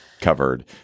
covered